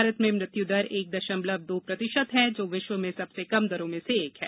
भारत में मृत्युदर एक दशमलव दो प्रतिशत है जो विश्व में सबसे कम दरों में से एक है